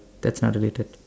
that's not related